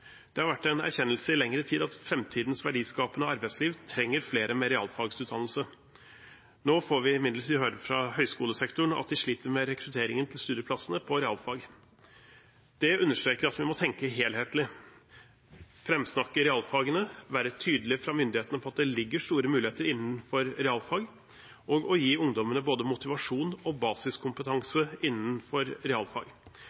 Det har vært en erkjennelse i lengre tid at framtidens verdiskapende arbeidsliv trenger flere med realfagsutdannelse. Nå får vi imidlertid høre fra høyskolesektoren at de sliter med rekrutteringen til studieplassene på realfag. Det understreker at vi må tenke helhetlig: framsnakke realfagene, være tydelige fra myndighetene på at det ligger store muligheter innenfor realfag, og gi ungdommene både motivasjon og